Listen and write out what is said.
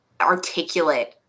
articulate